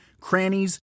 crannies